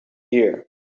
here